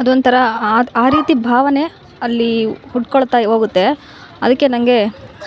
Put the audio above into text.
ಅದು ಒಂಥರ ಆ ರೀತಿ ಭಾವನೆ ಅಲ್ಲಿ ಹುಟ್ಟಿಕೊಳ್ತಾ ಹೋಗುತ್ತೆ ಅದಕ್ಕೆ ನಂಗೆ